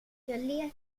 jag